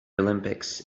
olympics